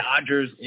Dodgers